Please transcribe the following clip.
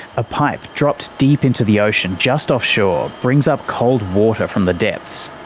a pipe dropped deep into the ocean just offshore brings up cold water from the depths.